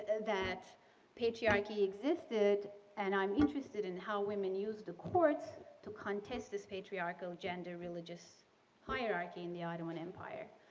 that patriarchy existed and i'm interested in how women used the courts to contest this patriarchal gender religious hierarchy in the ottoman empire.